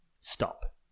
Stop